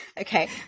Okay